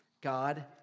God